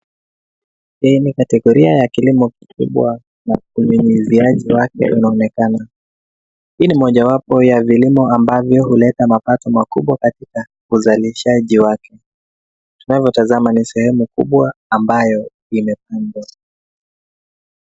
Hii ni categoria ya kilimo kikubwa, na unyuziaji wake unaonekana. Hii ni mojawapo ya vilimo ambavyo huleata mapato makubwa katika uzalishaji wake. Tunavyo tazama ni sehemu kubwa ambayo imepandwa.